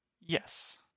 yes